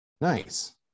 Nice